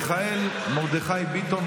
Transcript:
מיכאל מרדכי ביטון,